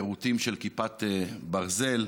יירוטים של כיפת ברזל,